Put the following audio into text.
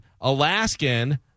Alaskan